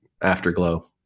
afterglow